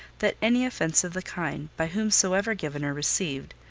that any offence of the kind, by whomsoever given or received,